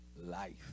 Life